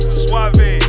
suave